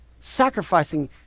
sacrificing